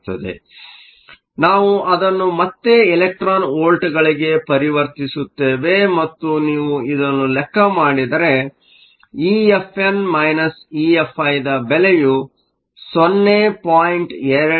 ಆದ್ದರಿಂದ ನಾವು ಅದನ್ನು ಮತ್ತೆ ಎಲೆಕ್ಟ್ರಾನ್ ವೋಲ್ಟ್ಗಳಿಗೆ ಪರಿವರ್ತಿಸುತ್ತೇವೆ ಮತ್ತು ನೀವು ಇದನ್ನು ಲೆಕ್ಕ ಮಾಡಿದರೆ EFn EFi ದ ಬೆಲೆಯು 0